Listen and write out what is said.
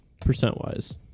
percent-wise